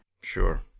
Sure